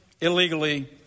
illegally